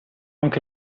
anche